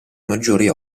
maggiori